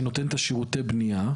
שנותן את שירותי הבנייה,